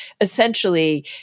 essentially